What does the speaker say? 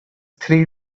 three